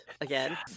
again